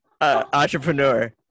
Entrepreneur